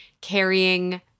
carrying